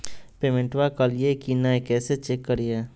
पेमेंटबा कलिए की नय, कैसे चेक करिए?